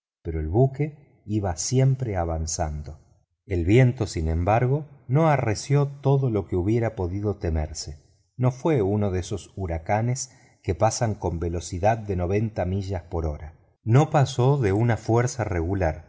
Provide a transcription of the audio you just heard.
pero el buque iba siempre avanzando el viento sin embargo no arreció todo lo que hubiese podido temerse no fue uno de esos huracaes que pasan con velocidad de noventa millas por hora no pasó de una fuerza regular